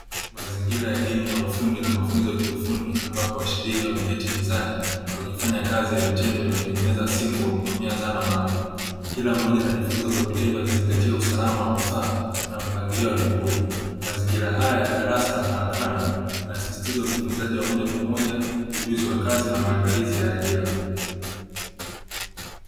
Mazingira ya elimu ya ufundi na mafunzo ya kiufundi ambapo washiriki wameketi mezani wakifanya kazi ya vitendo ya kutengeneza simu kwa kutumia zana maalumu, kila mmoja anajifunza kwa vitendo akizingatia usalama wa vifaa na mpangilio wa vipuli, mazingira haya ya darasa la karakana yanasisitiza ujifunzaji wa moja kwa moja ujuzi wa kazi na maandalizi ya ajira.